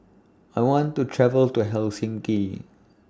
I want to travel to Helsinki